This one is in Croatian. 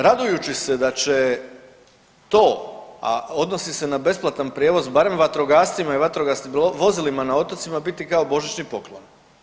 Radujući se da će to, a odnosi se na besplatan prijevoz barem vatrogascima i vatrogasnim vozilima na otocima biti kao božićni poklon.